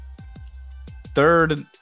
third